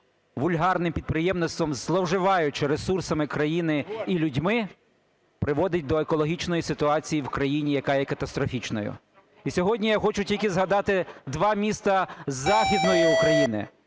вульгарним підприємництвом, зловживаючи ресурсами країни і людьми, приводить до екологічної ситуації в країні, яка є катастрофічною. І сьогодні я хочу тільки згадати два міста Західної України: